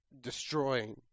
Destroying